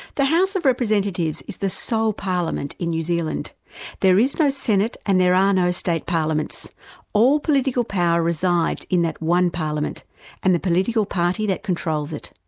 the house of representatives is the sole so parliament in new zealand there is no senate and there are no state parliaments all political power resides in that one parliament and the political party that controls it.